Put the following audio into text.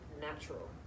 natural